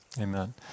amen